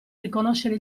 riconoscere